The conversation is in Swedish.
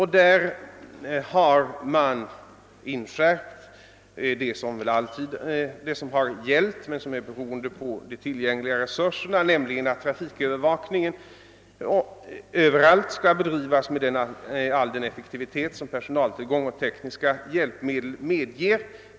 I dessa har inskärpts det som har gällt redan tidigare men som är beroende av de tillgängliga resurserna, nämligen att trafikövervakningen överallt skall bedrivas med all den effektivitet som personaltillgång och tekniska hjälpmedel medger.